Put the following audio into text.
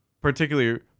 Particularly